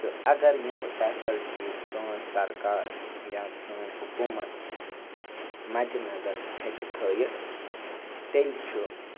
تہٕ اگر یِم فیسَلٹیٖز سٲنۍ سرکار یا سٲنۍ حکوٗمَت مَدِنظر ہٮ۪کہِ تھٲیِتھ تیٚلہِ چھُ